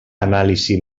anàlisi